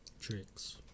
tricks